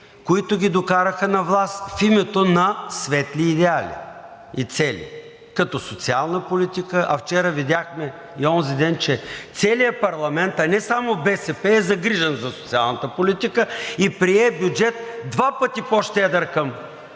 които ги докараха на власт в името на светли идеали и цели като социалната политика. А вчера и онзиден видяхме, че целият парламент, а не само БСП е загрижен за социалната политика и прие бюджет, два пъти по-щедър към